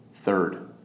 Third